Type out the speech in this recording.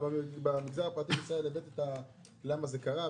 במגזר הפרטי בישראל אמרת למה זה קרה,